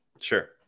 sure